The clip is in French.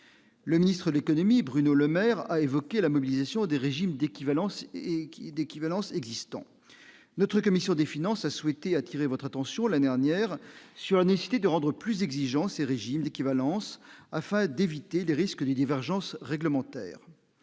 le ministre de l'économie, Bruno Lemaire, a évoqué la mobilisation des régimes d'équivalence et qui d'équivalence existants, notre commission des finances, a souhaité attirer votre attention, la dernière sur la nécessité de rendre plus exigeants, ces régimes d'équivalence, afin d'éviter les risques de divergence réglementaire,